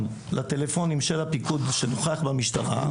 לפלאפונים של הפיקוד שנוכח במשטרה,